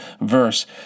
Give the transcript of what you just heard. verse